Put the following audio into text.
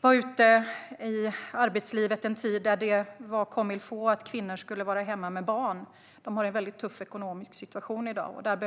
var ute i arbetslivet under en tid då det var comme il faut att kvinnor skulle vara hemma med barn, har en väldigt tuff ekonomisk situation i dag.